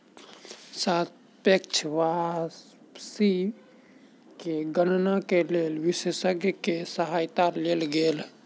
सापेक्ष वापसी के गणना के लेल विशेषज्ञ के सहायता लेल गेल